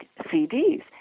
CDs